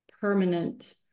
permanent